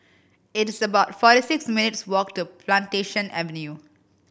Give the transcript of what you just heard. it is about forty six minutes' walk to Plantation Avenue